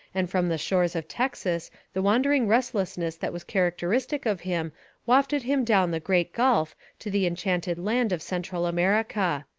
and from the shores of texas the wandering restlessness that was character istic of him wafted him down the great gulf to the enchanted land of central america.